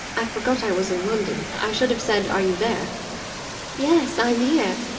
i forgot i was in london. i should have said are you there yes, i'm here.